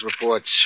reports